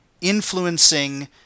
influencing